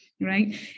right